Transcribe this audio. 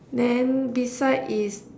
then beside is